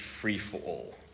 free-for-all